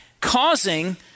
causing